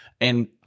and-